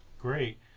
Great